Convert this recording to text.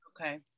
okay